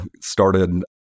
Started